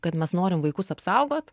kad mes norim vaikus apsaugot